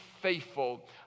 faithful